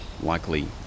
likely